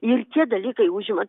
ir tie dalykai užima